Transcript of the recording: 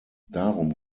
darum